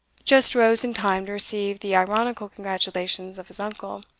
just rose in time to receive the ironical congratulations of his uncle,